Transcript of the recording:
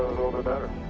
little bit better.